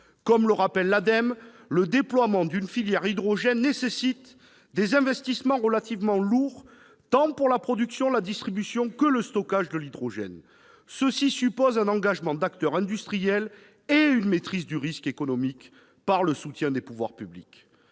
de l'énergie, l'Ademe :« Le déploiement d'une filière hydrogène nécessite des investissements relativement lourds, tant pour la production, la distribution que le stockage de l'hydrogène. Ceux-ci supposent un engagement d'acteurs industriels et une maîtrise du risque économique par le soutien des pouvoirs publics